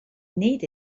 need